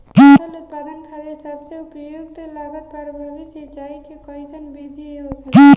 फसल उत्पादन खातिर सबसे उपयुक्त लागत प्रभावी सिंचाई के कइसन विधि होला?